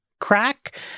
crack